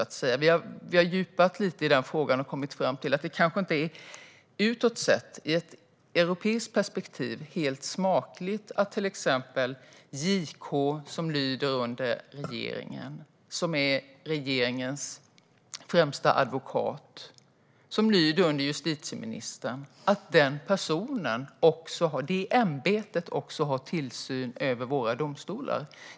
Vi har fördjupat oss lite i den frågan och kommit fram till att det kanske inte utåt sett, i ett europeiskt perspektiv, är helt smakligt att till exempel JK som ämbete, som lyder under justitieministern och regeringen och är regeringens främsta advokat, också har tillsyn över våra domstolar.